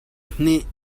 hnih